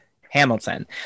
Hamilton